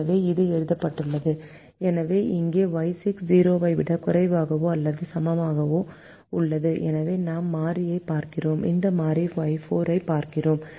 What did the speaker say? எனவே இது எழுதப்பட்டுள்ளது எனவே இங்கே Y6 0 ஐ விட குறைவாகவோ அல்லது சமமாகவோ உள்ளது எனவே நாம் மாறியைப் பார்க்கிறோம் இந்த மாறி Y4 ஐப் பார்க்கிறோம்